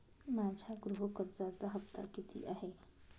माझ्या गृह कर्जाचा हफ्ता किती आहे?